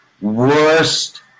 worst